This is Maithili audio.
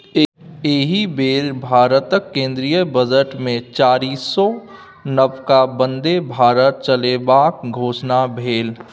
एहि बेर भारतक केंद्रीय बजटमे चारिसौ नबका बन्दे भारत चलेबाक घोषणा भेल